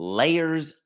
layers